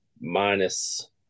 minus